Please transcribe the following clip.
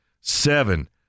seven